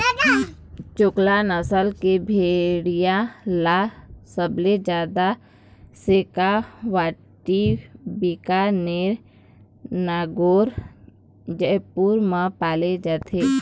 चोकला नसल के भेड़िया ल सबले जादा सेखावाटी, बीकानेर, नागौर, जयपुर म पाले जाथे